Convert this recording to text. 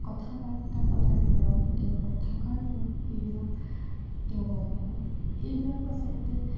কথা বাৰ্তা পতাৰ ধৰণ তেওঁলোকৰ থকাৰ ধৰণ এইবিলাক তেওঁ গম পাব এইবিলাকো আচলতে